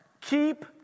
Keep